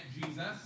Jesus